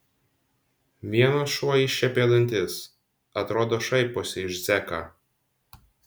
vienas šuo iššiepė dantis atrodo šaiposi iš zeką